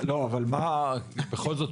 בכל זאת,